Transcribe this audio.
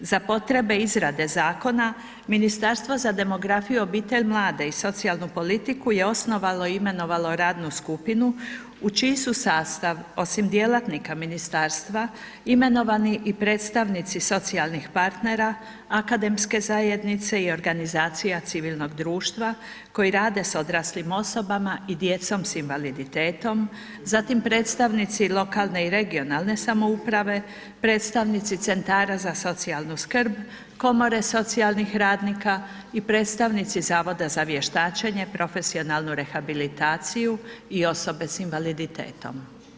Za potrebe izrade zakona, Ministarstvo demografije, obitelji, mladih i socijalnu politiku je osnovalo i imenovalo radnu skupinu u čiji su sastav, osim djelatnika ministarstva, imenovani i predstavnici socijalnih partnera, akademske zajednice i organizacija civilnog društva koje rade s odraslim osobama i djecom s invaliditetom, zatim predstavnici lokalne i regionalne samouprave, predstavnici centara za socijalnu skrb, komore socijalnih radnika i predstavnici Zavoda za vještačenje, profesionalnu rehabilitaciju i osobe s invaliditetom.